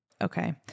Okay